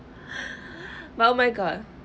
oh my god